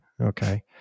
okay